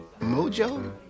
Mojo